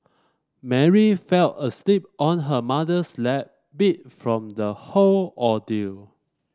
Mary fell asleep on her mother's lap beat from the whole ordeal